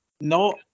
No